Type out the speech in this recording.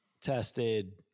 tested